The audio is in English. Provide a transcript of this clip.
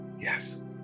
yes